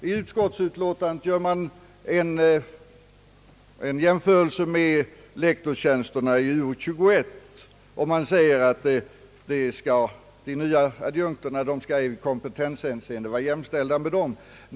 I utskottsutlåtandet gör man en jämförelse med lektorstjänsterna i Uo 21, och man säger att de nya adjunkterna i kompetenshänseende skall vara jämställda med dessa.